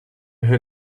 her